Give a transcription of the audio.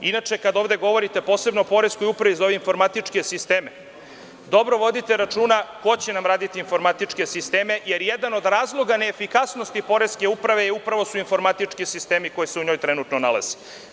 Inače, kada govorite ovde posebno o poreskoj upravi za ove informatičke sisteme, dobro vodite računa ko će nam raditi informatičke sisteme, jer jedan od razloga neefikasnosti poreske uprave su upravo informatički sistemi koji se u njoj trenutno nalaze.